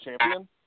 champion